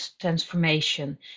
transformation